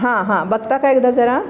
हां हां बघता का एकदा जरा